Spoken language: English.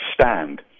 stand